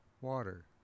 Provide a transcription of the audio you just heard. water